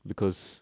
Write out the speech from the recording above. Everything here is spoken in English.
because